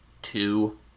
two